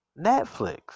Netflix